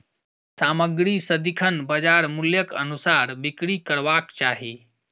सामग्री सदिखन बजार मूल्यक अनुसार बिक्री करबाक चाही